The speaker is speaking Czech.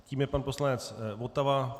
Tím je pan poslanec Votava.